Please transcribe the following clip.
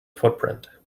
footprint